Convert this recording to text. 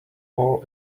all